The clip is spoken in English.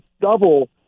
double